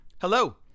Hello